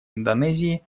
индонезии